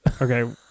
okay